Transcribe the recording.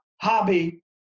hobby